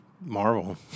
Marvel